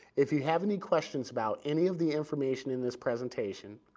if you have any questions about any of the information in this presentation,